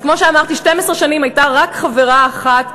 אז כמו שאמרתי, 12 שנים הייתה רק חברה אחת,